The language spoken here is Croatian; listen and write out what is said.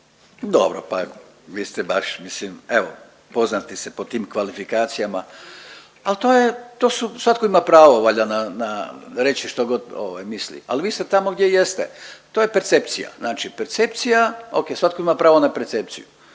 Dobro, vi ste baš mislim evo poznati ste po tim kvalifikacijama, al to je to su svatko ima pravo valjda na reći štogod misli, ali vi ste tamo gdje jeste. To je percepcija, znači percepcija ok, svatko ima pravo na percepcija.